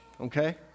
okay